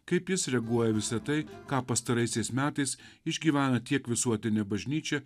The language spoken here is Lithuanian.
kaip jis reaguoja visa tai ką pastaraisiais metais išgyveno tiek visuotinė bažnyčia